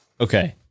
okay